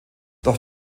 doch